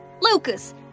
Lucas